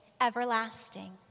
everlasting